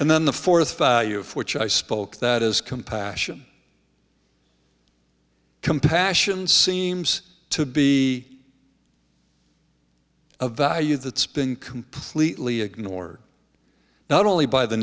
and then the fourth of which i spoke that is compassion compassion seems to be a value that's been completely ignored not only by the